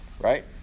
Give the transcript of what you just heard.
right